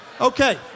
Okay